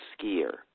skier